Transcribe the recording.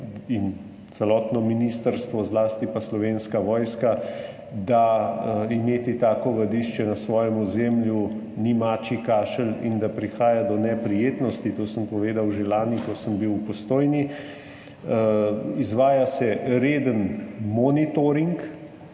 in celotno ministrstvo, zlasti pa Slovenska vojska, se zavedamo, da imeti tako vadišče na svojem ozemlju ni mačji kašelj in da prihaja do neprijetnosti, to sem povedal že lani, ko sem bil v Postojni. Izvaja se reden monitoring.